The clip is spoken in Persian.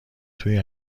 توی